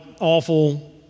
awful